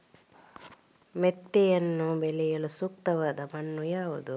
ಮೆಂತೆಯನ್ನು ಬೆಳೆಯಲು ಸೂಕ್ತವಾದ ಮಣ್ಣು ಯಾವುದು?